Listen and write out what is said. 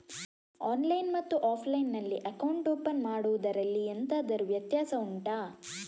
online ಮತ್ತು offline ನಲ್ಲಿ account open ಮಾಡುವುದರಲ್ಲಿ ಎಂತಾದರು ವ್ಯತ್ಯಾಸ ಉಂಟಾ